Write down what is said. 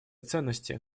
ценности